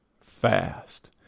fast